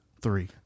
Three